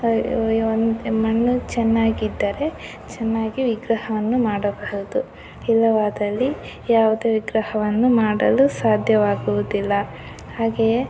ಮಣ್ಣು ಚೆನ್ನಾಗಿದ್ದರೆ ಚೆನ್ನಾಗಿ ವಿಗ್ರಹವನ್ನು ಮಾಡಬಹುದು ಇಲ್ಲವಾದಲ್ಲಿ ಯಾವುದೇ ವಿಗ್ರಹವನ್ನು ಮಾಡಲು ಸಾಧ್ಯವಾಗುವುದಿಲ್ಲ ಹಾಗೆಯೇ